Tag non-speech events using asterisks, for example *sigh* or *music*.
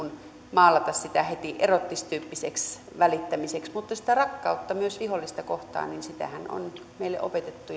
maalata sitä heti eroottistyyppiseksi välittämiseksi mutta sitä rakkauttahan myös vihollista kohtaan on meille opetettu *unintelligible*